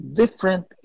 different